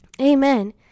Amen